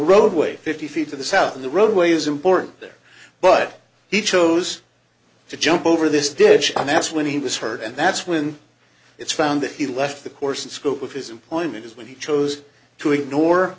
roadway fifty feet to the south of the roadway is important there but he chose to jump over this dish and that's when he was hurt and that's when it's found that he left the course and scope of his employment is when he chose to ignore